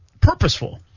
purposeful